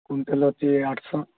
quintal ଅଛି ଆଠଶହ